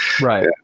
Right